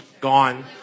gone